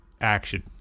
action